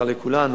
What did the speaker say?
צר לכולנו,